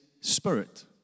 spirit